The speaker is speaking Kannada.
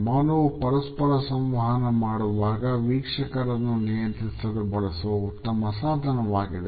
ಮೌನವು ಪರಸ್ಪರ ಸಂವಹನ ಮಾಡುವಾಗ ವೀಕ್ಷಕರನ್ನು ನಿಯಂತ್ರಿಸಲು ಬಳಸುವ ಉತ್ತಮ ಸಾಧನವಾಗಿದೆ